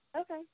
Okay